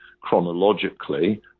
chronologically